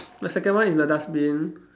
the second one is the dustbin